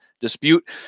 dispute